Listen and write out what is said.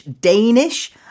Danish